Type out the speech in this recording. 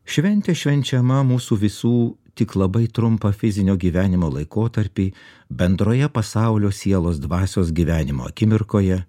šventė švenčiama mūsų visų tik labai trumpą fizinio gyvenimo laikotarpį bendroje pasaulio sielos dvasios gyvenimo akimirkoje